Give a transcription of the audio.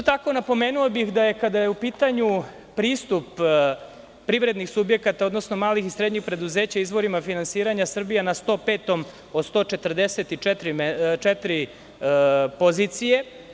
Isto tako, napomenuo bih da je, kada je u pitanju pristup privrednih subjekata, odnosno malih i srednjih preduzeća, izvorima finansiranja Srbija na 105. od 144 pozicije.